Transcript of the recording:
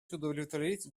удовлетворить